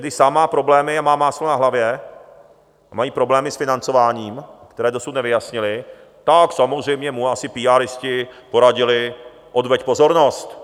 Když sám má problémy a má máslo na hlavě a mají problémy s financováním, které dosud nevyjasnili, tak samozřejmě mu asi píáristi poradili: Odveď pozornost!